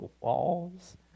walls